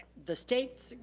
the state's,